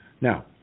Now